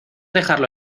dejarlo